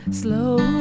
slow